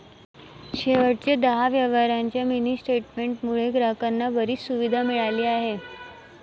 शेवटच्या दहा व्यवहारांच्या मिनी स्टेटमेंट मुळे ग्राहकांना बरीच सुविधा मिळाली आहे